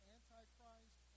Antichrist